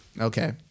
Okay